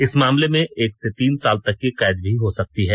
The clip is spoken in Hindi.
इस मामले में एक से तीन साल तक की कैद भी हो सकती है